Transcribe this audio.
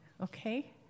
Okay